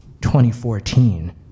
2014